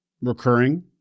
recurring